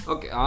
Okay